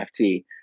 NFT